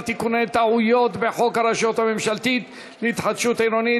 תיקוני טעויות בחוק הרשות הממשלתית להתחדשות עירונית,